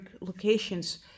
locations